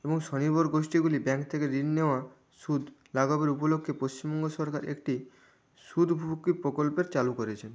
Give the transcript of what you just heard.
এবং স্বনির্ভর গোষ্ঠীগুলি ব্যাংক থেকে ঋণ নেওয়া সুদ লাঘবের উপলক্ষে পশ্চিমবঙ্গ সরকার একটি সুদ প্রকল্পের চালু করেছেন